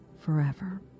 forever